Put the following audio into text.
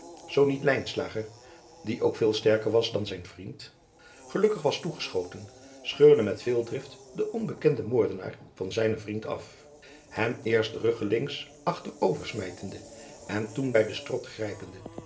zoo niet lijnslager die ook veel sterker was dan dan zijn vriend gelukkig was toegeschoten scheurende met veel drift den onbekenden moordenaar van zijnen vriend af hem eerst ruggelings achter over smijtende en toen bij den strot grijpende